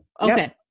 Okay